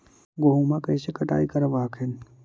गेहुमा कैसे कटाई करब हखिन?